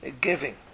Giving